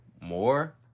more